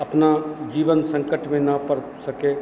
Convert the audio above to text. अपना जीवन संकट में न पर सके